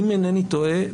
אם אינני טועה,